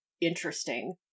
interesting